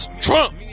Trump